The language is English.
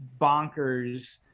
bonkers